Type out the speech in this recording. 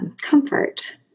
comfort